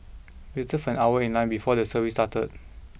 waited for an hour in line before the service started